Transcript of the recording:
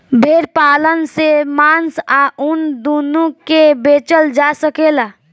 भेड़ पालन से मांस आ ऊन दूनो के बेचल जा सकेला